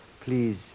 Please